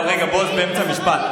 אבל רגע, בועז באמצע משפט.